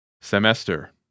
semester